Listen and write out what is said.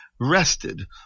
rested